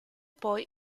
poi